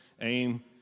AIM